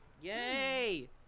Yay